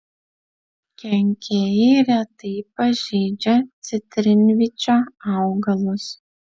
kenkėjai retai pažeidžia citrinvyčio augalus